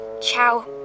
ciao